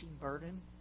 burden